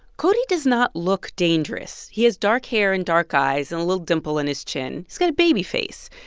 cody does not look dangerous. he has dark hair and dark eyes and a little dimple in his chin. he's got a baby face.